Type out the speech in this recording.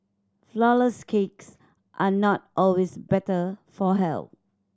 flourless cakes are not always better for health